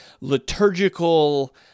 liturgical